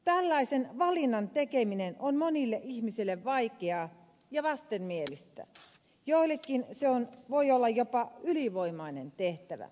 tällaisen valinnan tekeminen on monille ihmisille vaikeaa ja vastenmielistä joillekin se voi olla jopa ylivoimainen tehtävä